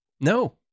No